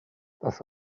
das